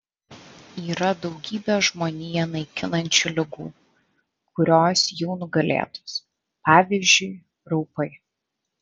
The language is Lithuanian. yra daugybė žmoniją naikinančių ligų kurios jau nugalėtos pavyzdžiui raupai